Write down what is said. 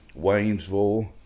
Waynesville